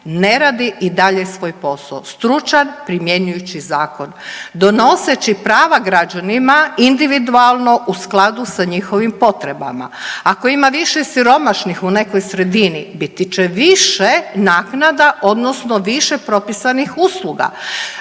ne radi i dalje svoj posao, stručan, primjenjujući zakon, donoseći prava građanima individualno u skladu sa njihovim potrebama. Ako ima više siromašnih u nekoj sredini biti će više naknada odnosno više propisanih usluga,